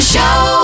Show